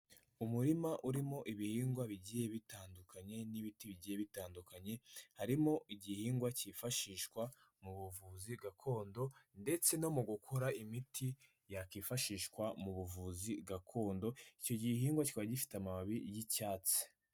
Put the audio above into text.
Umurima urimo ibihingwa bigiye bitandukanye n'ibiti bigiye bitandukanye, harimo igihingwa cyifashishwa mu buvuzi gakondo ndetse no mu gukora imiti yakwifashishwa mu buvuzi gakondo, icyo gihingwa kikaba gifite amababi y'icyatsi.